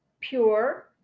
pure